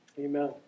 Amen